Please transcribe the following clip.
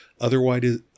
otherwise